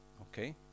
okay